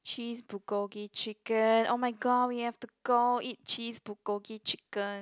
cheese bulgogi chicken oh-my-god we have to go eat cheese bulgogi chicken